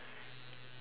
very hard leh